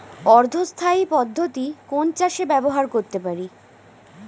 অর্ধ স্থায়ী পদ্ধতি কোন চাষে ব্যবহার করতে পারি?